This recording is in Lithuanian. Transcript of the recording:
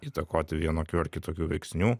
įtakoti vienokių ar kitokių veiksnių